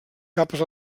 capes